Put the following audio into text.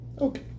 Okay